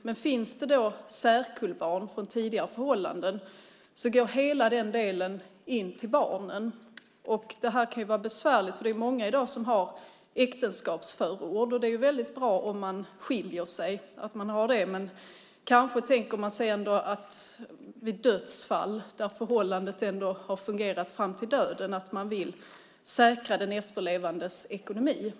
Men om det finns särkullbarn från tidigare förhållanden går hela den delen in till barnen. Det kan vara besvärligt, för det är många i dag som har äktenskapsförord. Det är ju bra om man skiljer sig, men man tänker sig kanske ändå att man vid dödsfall, där förhållandet har fungerat fram till döden, vill säkra den efterlevandes ekonomi.